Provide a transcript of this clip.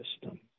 system